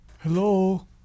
Hello